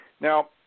Now